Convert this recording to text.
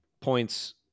points